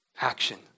action